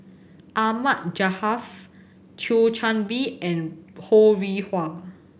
Ahmad Jaafar Thio Chan Bee and Ho Rih Hwa